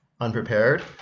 unprepared